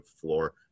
floor